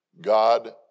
God